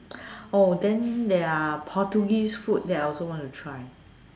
oh then there are Portuguese food that I also want to try